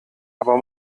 aber